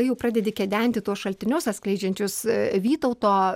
jau pradedi kedenti tuos šaltinius atskleidžiančius vytauto